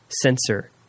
sensor